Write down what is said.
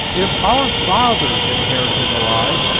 if our fathers inherited a lie,